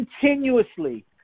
continuously